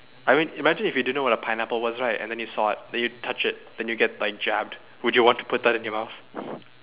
I mean imagine if you didn't know what is a pineapple was right and then you saw it then you touch it then you get like jabbed would you want to put that in your mouth